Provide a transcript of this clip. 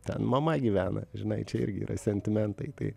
ten mama gyvena žinai čia irgi yra sentimentai tai